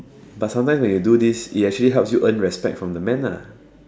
but sometime when you do this it actually help you earn respect from the man ah